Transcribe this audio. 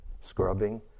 scrubbing